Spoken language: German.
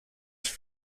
sich